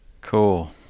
cool